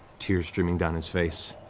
tears streaming down his face,